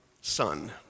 son